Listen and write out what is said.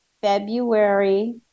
February